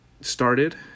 started